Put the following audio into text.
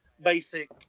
basic